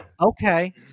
Okay